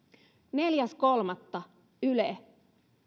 neljäs kolmatta yle